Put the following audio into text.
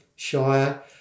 Shire